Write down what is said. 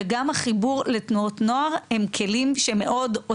או כל מיני דברים כאלה,